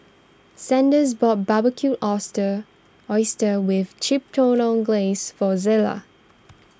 Sanders bought Barbecued Oyster Oysters with Chipotle Glaze for Zela